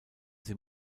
sie